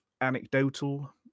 anecdotal